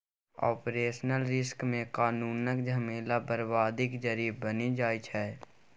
operational risk मे कानुनक झमेला बरबादीक जरि बनि जाइ छै